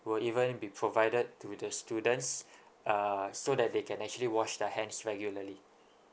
will even be provided to the students uh so that they can actually wash their hands regularly